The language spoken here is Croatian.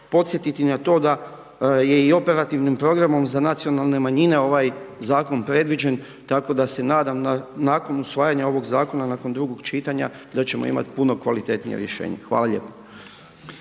podsjetiti da je i Operativnim programom za nacionalne manjine ovaj zakon predviđen tako da se nadam nakon usvajanja ovog zakona, nakon drugog čitanja da ćemo imati puno kvalitetnija rješenja. Hvala lijepo.